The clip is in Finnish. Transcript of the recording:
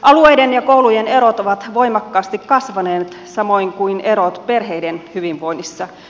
alueiden ja koulujen erot ovat voimakkaasi kasvaneet samoin kuin erot perheiden hyvinvoinnissa